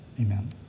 Amen